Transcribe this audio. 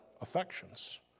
affections